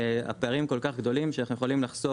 הפערים הם כל כך גדולים שאנחנו יכולים לחסוך,